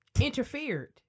interfered